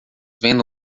vendo